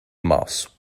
mouse